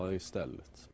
istället